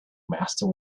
master